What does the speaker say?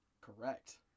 correct